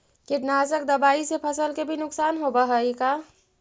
कीटनाशक दबाइ से फसल के भी नुकसान होब हई का?